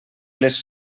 les